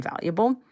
valuable